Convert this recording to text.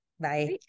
Bye